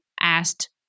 asked